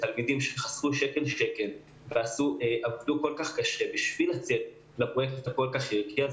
תלמידים שחסכו שקל לשקל ועבדו כל כך קשה כדי לצאת לפרויקט הערכי הזה